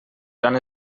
gran